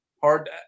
hard